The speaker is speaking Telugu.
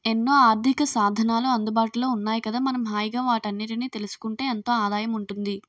ఎన్నో ఆర్థికసాధనాలు అందుబాటులో ఉన్నాయి కదా మనం హాయిగా వాటన్నిటినీ తెలుసుకుంటే ఎంతో ఆదాయం ఉంటుంది